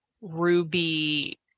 Ruby